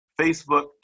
Facebook